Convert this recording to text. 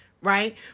right